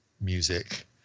music